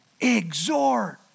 exhort